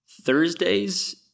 Thursdays